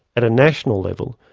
at a national level,